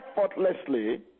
effortlessly